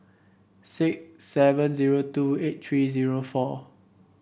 six seven zero two eight three zero four